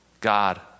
God